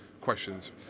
questions